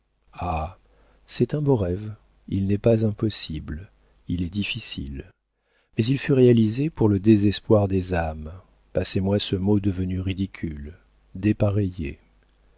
c'est un beau rêve il n'est pas impossible il est difficile mais il fut réalisé pour le désespoir des âmes passez-moi ce mot devenu ridicule dépareillées